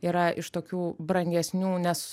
yra iš tokių brangesnių nes